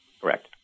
Correct